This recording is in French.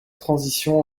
transition